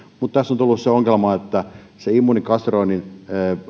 mutta tässä on tullut vastaan se ongelma että sen immunokastroinnin